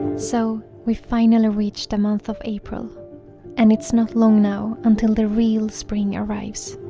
so we finally reach the month of april and it's not long now until the real spring arrives